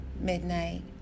Midnight